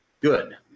good